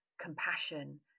compassion